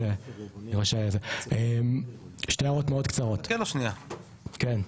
אבל שתי הערות מאוד קצרות כן,